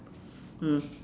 mm